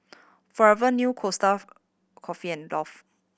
Forever New Costa Coffee and Dove